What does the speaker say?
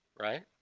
Right